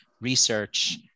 research